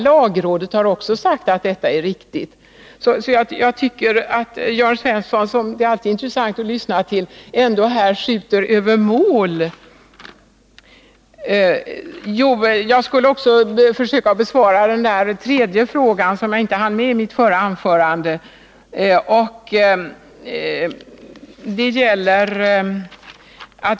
Lagrådet har också uttalat sig positivt. Jag tycker att Jörn Svensson, som det alltid är intressant att lyssna till, här skjuter över målet. Jag skall också försöka besvara den tredje frågan, som jag inte hann med i mitt förra anförande.